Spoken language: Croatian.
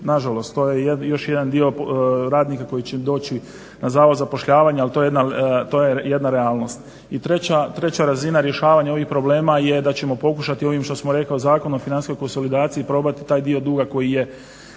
Na žalost, to je još jedan dio radnika koji će doći na Zavod za zapošljavanje ali to je jedna realnost. I treća razina rješavanja ovih problema je da ćemo pokušati ovim što sam rekao Zakon o financijskoj konsolidaciji probati taj dio duga koji je